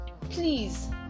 please